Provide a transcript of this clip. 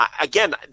again